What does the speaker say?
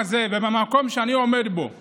צריך לומר את האמת: